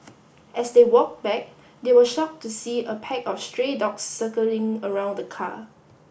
as they walked back they were shocked to see a pack of stray dogs circling around the car